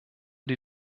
die